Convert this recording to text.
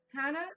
Hannah